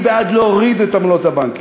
אני בעד להוריד את עמלות הבנקים.